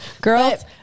Girls